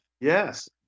Yes